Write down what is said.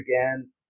again